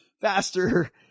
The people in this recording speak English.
faster